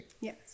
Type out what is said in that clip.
yes